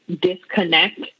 disconnect